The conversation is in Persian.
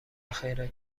خیرت